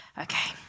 Okay